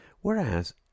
Whereas